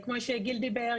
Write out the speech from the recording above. כמו שגיל דיבר,